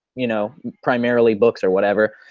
you know primarily books or whatever.